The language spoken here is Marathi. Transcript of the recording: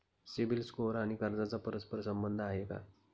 सिबिल स्कोअर आणि कर्जाचा परस्पर संबंध आहे का?